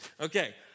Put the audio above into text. Okay